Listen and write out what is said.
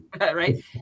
right